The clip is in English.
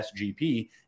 SGP